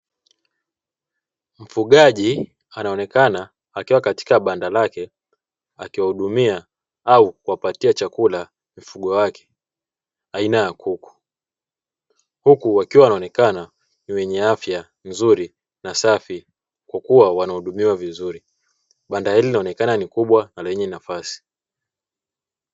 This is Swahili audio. Mfugaji anaonekana akiwa katika banda lake, akiwahudumia au kuwapatia chakula mifugo wake aina ya kuku, huku wakiwa wanaonekana ni wenye afya nzuri na safi kwa kuwa anawahudumia vizuri. Banda hili linaonekana ni kubwa na lenye nafasi.